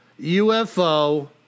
UFO